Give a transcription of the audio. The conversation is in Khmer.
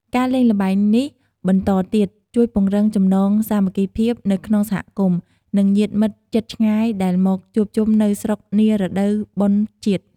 ការលេងល្បែងនេះបន្តទៀត ជួយពង្រឹងចំណងសាមគ្គីភាពនៅក្នុងសហគមន៍ និងញាតិមិត្តជិតឆ្ងាយដែលមកជួបជុំនៅស្រុកនារដូវបុណ្យជាតិ។